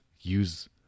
use